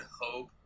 hope